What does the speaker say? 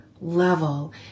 level